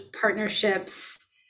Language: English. partnerships